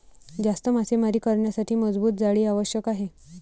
जास्त मासेमारी करण्यासाठी मजबूत जाळी आवश्यक आहे